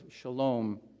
shalom